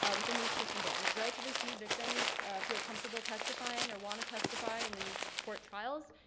ah within these proceedings relatively few victims feel comfortable testifying or want to testify in these court trials.